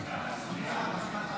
שונא ישראל.